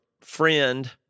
friend